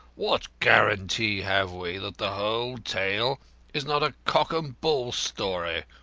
what guarantee have we that the whole tale is not a cock-and-bull story,